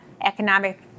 Economic